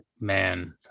man